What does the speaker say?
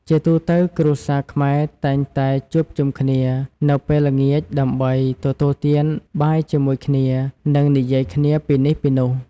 ជាទូទៅ គ្រួសារខ្មែរតែងតែជួបជុំគ្នានៅពេលល្ងាចដើម្បីទទួលទានបាយជាមួយគ្នានិងនិយាយគ្នាពីនេះពីនោះ។